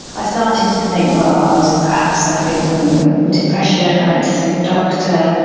i started to think, well, i was perhaps suffering from depression, i went to see a doctor.